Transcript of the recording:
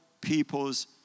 peoples